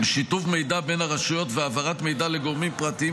שיתוף מידע בין הרשויות והעברת מידע לגורמים פרטיים,